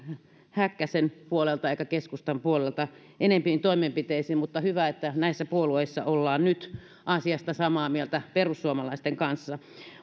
häkkäsen puolelta eikä keskustan puolelta enempiin toimenpiteisiin mutta hyvä että näissä puolueissa ollaan nyt asiasta samaa mieltä perussuomalaisten kanssa